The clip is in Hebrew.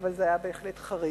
אבל זה היה בהחלט חריג.